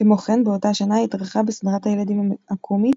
כמו כן באותה השנה התארחה בסדרת הילדים הקומית